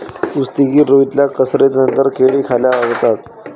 कुस्तीगीर रोहितला कसरतीनंतर केळी खायला आवडतात